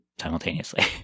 simultaneously